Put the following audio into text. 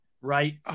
Right